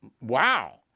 Wow